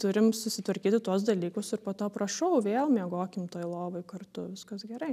turim susitvarkyti tuos dalykus ir po to prašau vėl miegokim toj lovoj kartu viskas gerai